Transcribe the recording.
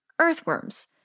earthworms